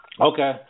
Okay